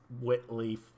Whitley